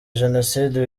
jenoside